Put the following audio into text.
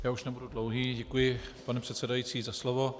Já už nebudu dlouhý, děkuji, pane předsedající, za slovo.